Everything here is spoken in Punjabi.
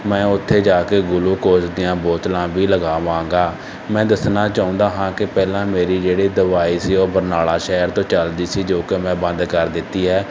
ਮੈਂ ਉੱਥੇ ਜਾ ਕੇ ਗੁਲੂਕੋਜ਼ ਦੀਆਂ ਬੋਤਲਾਂ ਵੀ ਲਗਾਵਾਂਗਾ ਮੈਂ ਦੱਸਣਾ ਚਾਹੁੰਦਾ ਹਾਂ ਕਿ ਪਹਿਲਾਂ ਮੇਰੀ ਜਿਹੜੀ ਦਵਾਈ ਸੀ ਉਹ ਬਰਨਾਲਾ ਸ਼ਹਿਰ ਤੋਂ ਚੱਲਦੀ ਸੀ ਜੋ ਕਿ ਮੈਂ ਬੰਦ ਕਰ ਦਿੱਤੀ ਹੈ